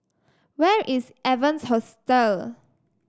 where is Evans Hostel